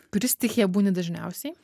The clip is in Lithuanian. kuri stichija būni dažniausiai